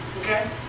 Okay